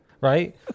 Right